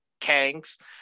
Kangs